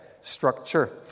structure